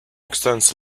extends